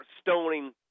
stoning